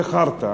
זה חארטה.